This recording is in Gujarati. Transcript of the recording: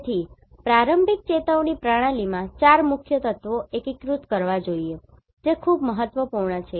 તેથી પ્રારંભિક ચેતવણી પ્રણાલીમાં 4 મુખ્ય તત્વો એકીકૃત કરવા જોઈએ જે ખૂબ મહત્વપૂર્ણ છે